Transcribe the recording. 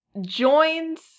joins